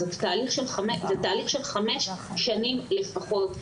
זה תהליך של חמש שנים לפחות,